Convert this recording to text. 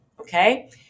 okay